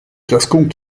ciascun